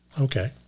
okay